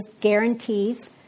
guarantees